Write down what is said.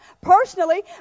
personally